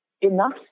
enough